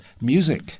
music